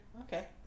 Okay